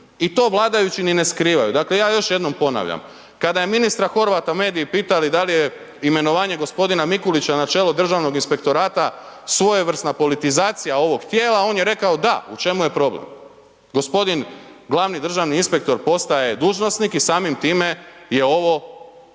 I to vladajući ni ne skrivaju. Dakle ja još jednom ponavljam, kada je ministra Horvata mediji pitali da li je imenovanje gospodina Mikulića na čelo Državnog inspektorata svojevrsna politizacija ovog tijela on je rekao da, u čemu je problem? Gospodin glavni državni inspektor postaje dužnosnik i samim time je ovo